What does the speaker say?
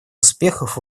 успехов